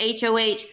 HOH